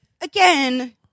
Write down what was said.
again